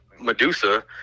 medusa